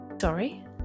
Sorry